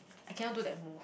I cannot do that move